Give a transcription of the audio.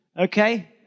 okay